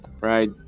right